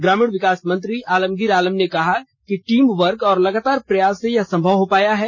ग्रामीण विकास मंत्री आलमगिर आलम ने कहा कि टीम वर्क और लगातार प्रयास से यह संभव हो पाया है